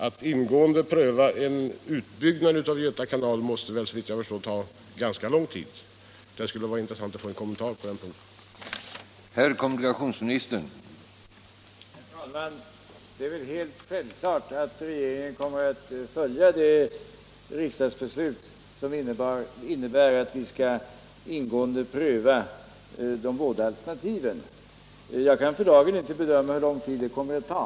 Att ingående pröva en utbyggnad av Göta kanal måste, såvitt jag förstår, ta ganska lång tid. Det skulle vara intressant att få en kommentar från kommunikationsministern på denna punkt.